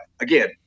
again